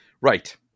Right